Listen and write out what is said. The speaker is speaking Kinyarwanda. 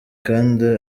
kandi